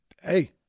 hey